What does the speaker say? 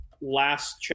last